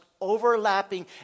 overlapping